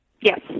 Yes